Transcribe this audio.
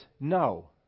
no